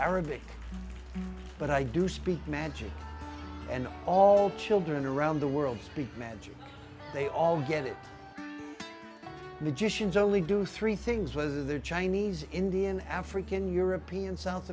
arabic but i do speak magic and all children around the world speak magic they all get it magicians only do three things whether they're chinese indian african european south